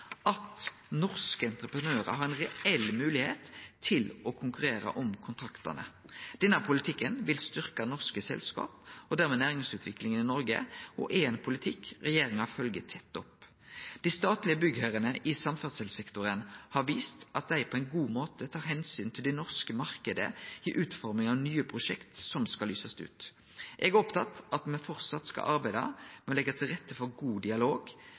at norske entreprenørar har reell moglegheit til å konkurrere om kontraktane. Denne politikken vil styrkje norske selskap, og dermed næringsutviklinga i Noreg, og er ein politikk regjeringa følgjer tett opp. Dei statlege byggherrane i samferdselssektoren har vist at dei på ein god måte tar omsyn til den norske marknaden i utforminga av nye prosjekt som skal lysast ut. Eg er opptatt av at me framleis skal arbeide med å leggje til rette for god dialog